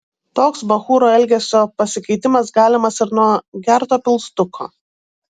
toks bachūro elgesio pasikeitimas galimas ir nuo gerto pilstuko